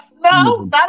no